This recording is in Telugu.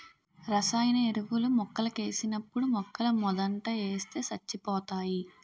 రసాయన ఎరువులు మొక్కలకేసినప్పుడు మొక్కలమోదంట ఏస్తే సచ్చిపోతాయి